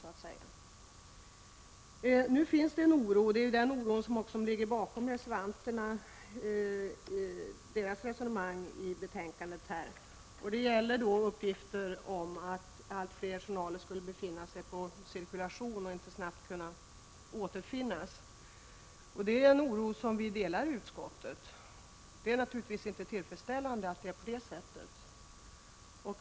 Det finns en oro, och det är den som ligger bakom reservanternas resonemang. Det gäller uppgifterna om att allt fler journaler skulle befinna sig på cirkulation och inte snabbt kunna återfinnas. Det är en oro som vi delar iutskottet. Det är naturligtvis inte tillfredsställande att det är på detta sätt.